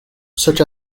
such